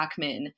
ackman